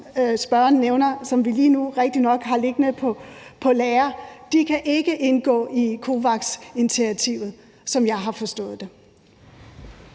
spørgeren nævner, og som vi lige nu rigtigt nok har liggende på lager, ikke indgå i COVAX-initiativet. Kl. 17:01 Den fg.